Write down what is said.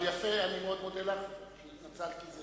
אבל יפה, אני מאוד מודה לך שהתנצלת, כי זה